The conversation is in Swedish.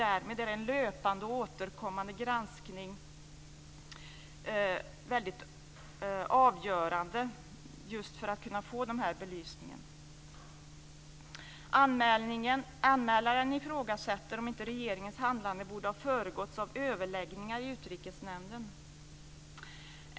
Därmed är en löpande och återkommande granskning väldigt avgörande för att kunna få den här belysningen. Anmälaren ifrågasätter om inte regeringens handlande borde ha föregåtts av överläggningar i Utrikesnämnden.